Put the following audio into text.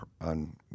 on